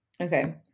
Okay